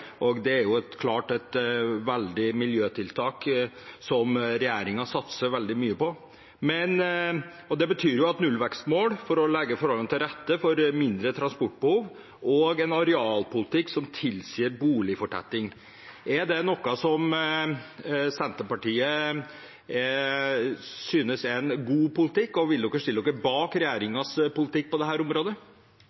Det er helt klart et godt miljøtiltak, som regjeringen satser veldig mye på. Det betyr et nullvekstmål ved å legge forholdene til rette for mindre transportbehov og en arealpolitikk som tilsier boligfortetting. Er det noe Senterpartiet synes er god politikk, og vil man stille seg bak